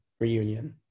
reunion